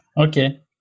Okay